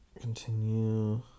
Continue